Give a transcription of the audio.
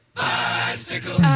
bicycle